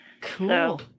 Cool